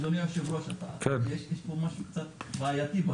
אדוני היושב-ראש, יש פה משהו קצת בעייתי.